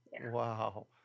Wow